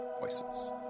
voices